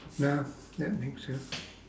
no that makes up